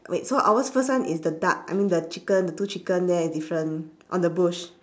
wait so ours first one is the duck I mean the chicken the two chicken there different on the bush